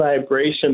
vibration